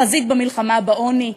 חזית המלחמה בעוני,